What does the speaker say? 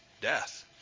Death